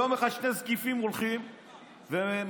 יום אחד שני זקיפים הולכים ומסיירים.